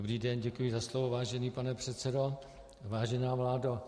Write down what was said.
Dobrý den, děkuji za slovo, vážený pane předsedo, vážená vládo.